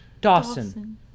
Dawson